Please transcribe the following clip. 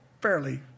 fairly